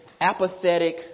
apathetic